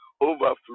overflow